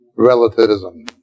Relativism